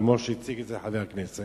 כמו שהציג את זה חבר הכנסת,